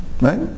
Right